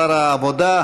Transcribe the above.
שר העבודה,